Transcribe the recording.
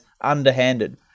underhanded